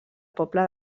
poble